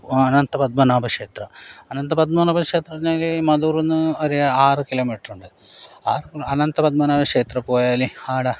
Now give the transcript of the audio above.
അനന്തപത്മനാഭ ക്ഷേത്രം അനന്തപത്മനാഭ ക്ഷേത്രമെന്നു പറഞ്ഞാൽ മധൂറിൽ നിന്ന് ഒരു ആറു കിലോ മീറ്ററുണ്ട് അനന്തപത്മനാഭ ക്ഷേത്രം പോയാൽ ആട